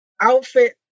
outfit